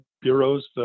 Bureau's